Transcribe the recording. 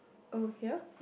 oh here